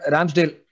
Ramsdale